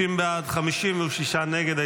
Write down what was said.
50 בעד, 56 נגד.